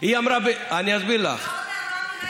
אוי, באמת.